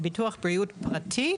ביטוח בריאות פרטי.